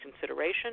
consideration